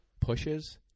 pushes